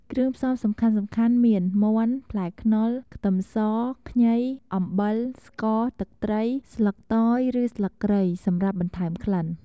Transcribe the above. គ្រឿងផ្សំសំខាន់ៗមាន មាន់ ផ្លែខ្នុរ ខ្ទឹមស ខ្ញី អំបិល ស្ករ ទឹកត្រី ស្លឹកតយ ឬស្លឹកគ្រៃ សម្រាប់បន្ថែមក្លិន។